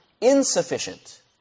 insufficient